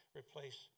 replace